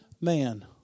Man